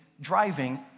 driving